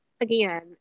again